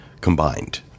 combined